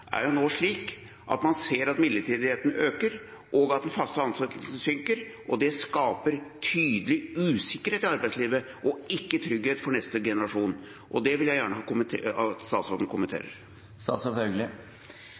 er nå slik at man ser at bruken av midlertidighet øker, og at de faste ansettelsene blir færre, og det skaper tydelig usikkerhet i arbeidslivet, ikke trygghet for neste generasjon. Det vil jeg gjerne at statsråden